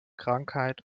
krankheit